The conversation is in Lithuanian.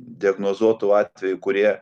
diagnozuotų atvejų kurie